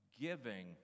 giving